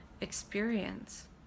experience